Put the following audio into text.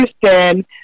Houston